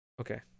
Okay